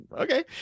okay